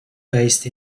based